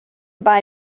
buy